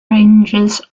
ranges